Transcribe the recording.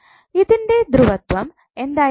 ഇതിൻറെ ധ്രുവത്വം എന്തായിരിക്കണം